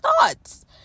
thoughts